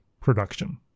production